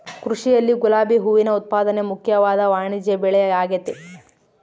ಕೃಷಿಯಲ್ಲಿ ಗುಲಾಬಿ ಹೂವಿನ ಉತ್ಪಾದನೆ ಮುಖ್ಯವಾದ ವಾಣಿಜ್ಯಬೆಳೆಆಗೆತೆ